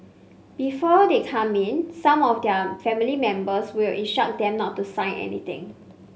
before they come in some of their family members will instruct them not to sign anything